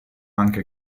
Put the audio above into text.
anche